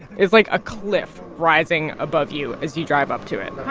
it's like a cliff rising above you as you drive up to it hi.